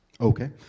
Okay